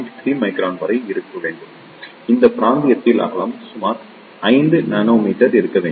3 micron வரை இருக்க வேண்டும் இந்த பிராந்தியத்தில் அகலம் சுமார் 5 நானோமீட்டர் இருக்க வேண்டும்